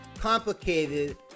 complicated